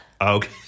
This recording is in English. Okay